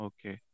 Okay